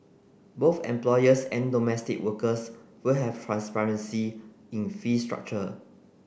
both employers and domestic workers will have transparency in fee structure